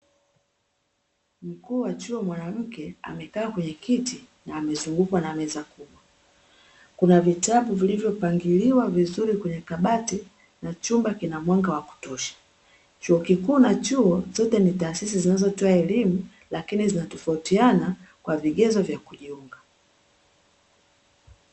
Mkuu wa chuo mwanamke amekaa kwenye kiti na amezungukwa na meza kubwa. Kuna vitabu vilivyopangiliwa vizuri kwenye kabati na chumba kina mwanga wa kutosha. Chuo kikuu na chuo, zote ni taasisi zinazotoa elimu lakini zinatofautiana kwa vigezo vya kujiunga.